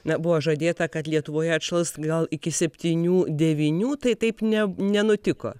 na buvo žadėta kad lietuvoje atšals gal iki septynių devynių tai taip ne nenutiko